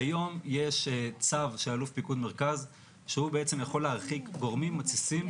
כיום יש צו של אלוף פיקוד המרכז שהוא בעצם יכול להרחיק גורמים מתסיסים,